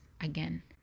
again